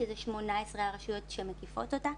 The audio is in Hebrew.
שזה 18 הרשויות שמקיפות אותה.